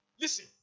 Listen